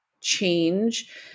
change